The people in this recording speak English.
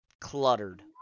cluttered